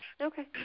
Okay